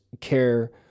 care